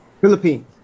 Philippines